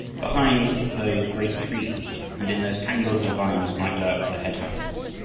behind those great trees and in those tangles of vines might lurk the head-hunters,